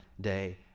day